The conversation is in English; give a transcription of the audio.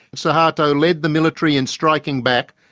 suharto led the military in striking back.